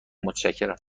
متشکرم